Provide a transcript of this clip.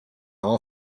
all